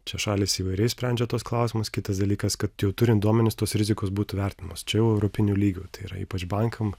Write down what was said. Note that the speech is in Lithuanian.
čia šalys įvairiai sprendžia tuos klausimus kitas dalykas kad jau turint duomenis tos rizikos būtų vertinamos čia jau europiniu lygiu tai yra ypač bankam